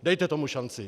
Dejte tomu šanci.